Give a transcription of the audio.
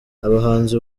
abahanzi